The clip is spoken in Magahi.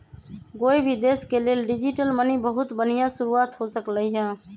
कोई भी देश के लेल डिजिटल मनी बहुत बनिहा शुरुआत हो सकलई ह